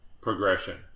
progression